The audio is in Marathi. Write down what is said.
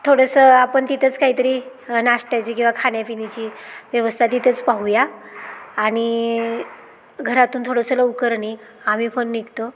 थोडंसं आपण तिथंच काहीतरी नाश्त्याची किंवा खाण्यापिण्याची व्यवस्था तिथेच पाहूया आणि घरातून थोडंसं लवकर निघ आम्ही पण निघतो